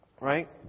Right